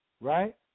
right